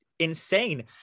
insane